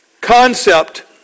concept